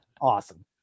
awesome